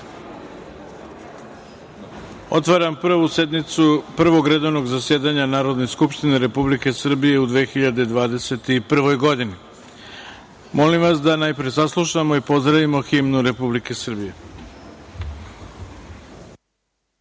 otvaram Prvu sednicu Prvog redovnog zasedanja Narodne skupštine Republike Srbije u 2021. godini. Molim vas da najpre saslušamo i pozdravimo himnu Republike